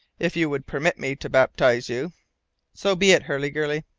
if you would permit me to baptize you so be it, hurliguerly,